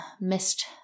missed